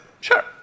Sure